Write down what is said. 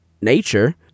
nature